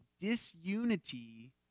Disunity